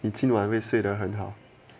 你今晚会睡得很好